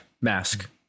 mask